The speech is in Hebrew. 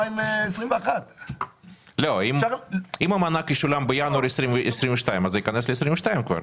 אם המענק ישולם בינואר 22', זה ייכנס ל-22'.